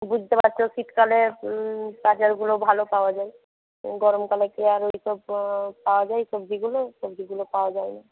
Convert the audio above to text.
বুঝতে পারছো শীতকালে বাজারগুলো ভালো পাওয়া যায় গরমকালে কি আর ওই সব পাওয়া যায় সবজিগুলো সবজিগুলো পাওয়া যায় না